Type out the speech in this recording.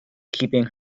keeping